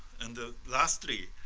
and ah lastly,